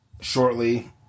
shortly